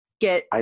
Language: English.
get